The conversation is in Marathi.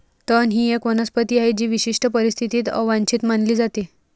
तण ही एक वनस्पती आहे जी विशिष्ट परिस्थितीत अवांछित मानली जाते